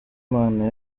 imana